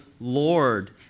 Lord